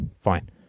fine